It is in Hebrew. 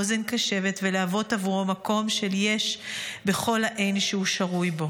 אוזן קשבת ולהיות בעבורו מקום של "יש" בכל ה"אין" שהוא שרוי בו.